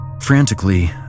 Frantically